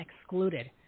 excluded